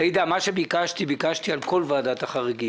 ביקשתי מוועדת החריגים